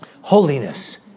holiness